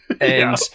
and-